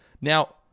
now